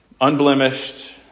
unblemished